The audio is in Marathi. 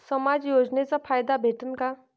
समाज योजनेचा फायदा भेटन का?